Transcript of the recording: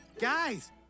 Guys